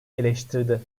eleştirdi